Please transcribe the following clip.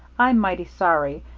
i'm mighty sorry,